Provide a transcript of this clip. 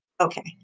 Okay